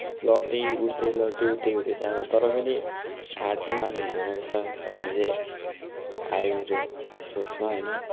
लड्दै उठ्दै लड्दै उठ्दै हुँदैछ अब तर पनि हार चाहिँ मान्नु हुँदैन रहेछ भन्ने चाहिँ आयो मेरो सोचमा होइन